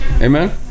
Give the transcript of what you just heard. Amen